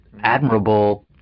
admirable